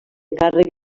càrrega